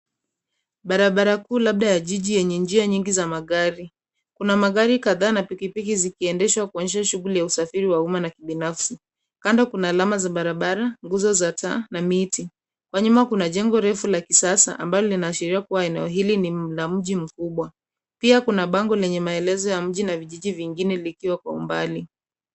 Barabara kuu labda ya jiji yenye njia nyingi za magari. Kuna magari kadhaa na pikipiki zikiendeshwa kuonyesha shughuli ya usafiri wa uma na kibinafsi. Kando kuna alama za barabara, nguzo za taa, na miti. Kwa nyuma kuna jengo refu la kisasa, ambalo linaashiria kua eneo hili ni la mji mkubwa. Pia kuna bango lenye maelezo ya mji na vijiji vingine likiwa kwa umbali.